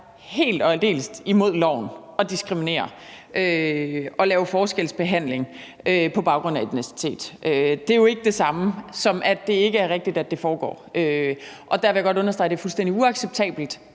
helt og aldeles imod loven at diskriminere og at lave forskelsbehandling på baggrund af etnicitet. Det er jo ikke det samme, som at det ikke er rigtigt, at det foregår, og der vil jeg godt understrege, at det er fuldstændig uacceptabelt,